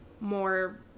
more